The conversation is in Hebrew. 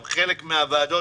גם בחלק מהוועדות,